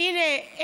הינה.